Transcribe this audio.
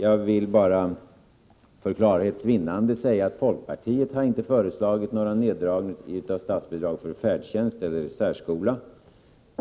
Jag vill bara för klarhets vinnande säga att folkpartiet inte har föreslagit någon neddragning av statsbidragen för färdtjänst eller särskola.